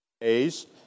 days